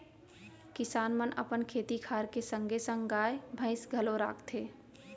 किसान मन अपन खेती खार के संगे संग गाय, भईंस घलौ राखथें